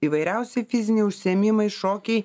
įvairiausi fiziniai užsiėmimai šokiai